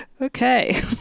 okay